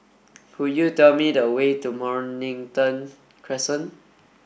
could you tell me the way to Mornington Crescent